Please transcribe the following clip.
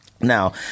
Now